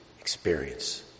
experience